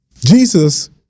Jesus